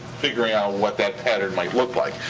figuring out what that pattern might look like.